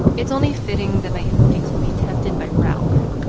it's only fitting that my instincts would be tested by ralph,